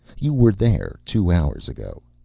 you were there, two hours ago.